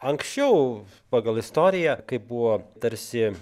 anksčiau pagal istoriją kai buvo tarsi